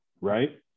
right